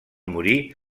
morir